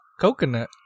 Coconut